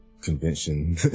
convention